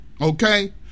Okay